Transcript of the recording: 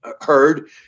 heard